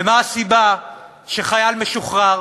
ומה הסיבה שחייל משוחרר,